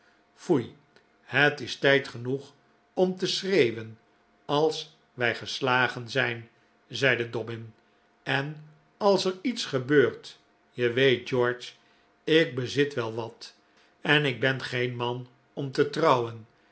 foei het is tijd genoeg om te schreeuwen als wij geslagen zijn zeide dobbin en als er iets gebeurt je wcet george ik bezit wel wat en ik ben geen man om te trouwen